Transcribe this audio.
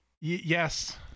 Yes